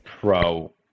pro